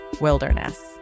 wilderness